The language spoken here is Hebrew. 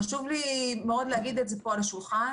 חשוב לי מאוד להגיד פה על השולחן,